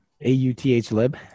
A-U-T-H-Lib